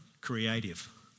creative